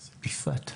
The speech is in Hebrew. יפעת,